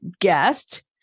guest